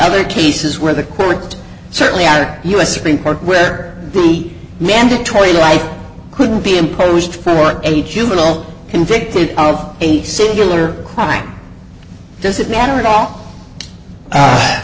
other cases where the court certainly our u s supreme court where the mandatory life couldn't be imposed for a juvenile convicted of a singular crime does it matter at all